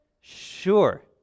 Sure